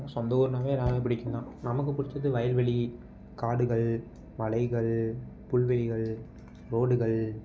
சொந்த ஊருனாலே நிறையா பிடிக்குந்தான் நமக்கு பிடிச்சது வயல்வெளி காடுகள் மலைகள் புல்வெளிகள் ரோடுகள்